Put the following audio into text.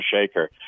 shaker